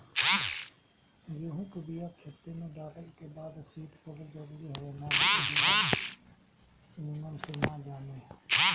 गेंहू के बिया खेते में डालल के बाद शीत पड़ल जरुरी हवे नाही त बिया निमन से ना जामे